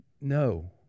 no